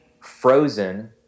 Frozen